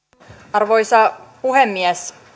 arvoisa puhemies